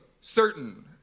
certain